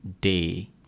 day